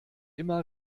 immer